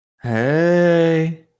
Hey